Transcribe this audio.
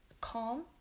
calm